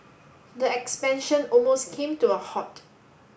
the expansion almost came to a halt